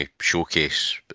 Showcase